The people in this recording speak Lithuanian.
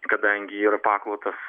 kadangi yra paklotas